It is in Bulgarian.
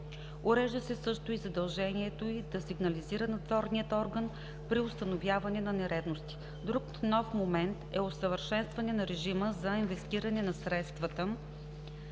Урежда се също и задължението й да сигнализира надзорния орган при установяване на нередности. Друг нов момент е усъвършенстване на режима за инвестиране на средствата